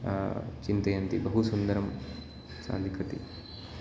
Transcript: चिन्तयन्ति बहु सुन्दरं सा लिखति